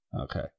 Okay